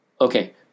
Okay